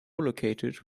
located